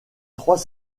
trois